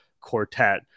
Quartet